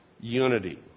unity